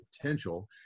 potential